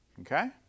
okay